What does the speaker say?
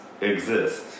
exist